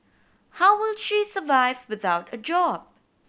how will she survive without a job